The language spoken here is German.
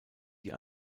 die